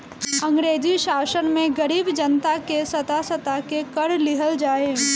अंग्रेजी शासन में गरीब जनता के सता सता के कर लिहल जाए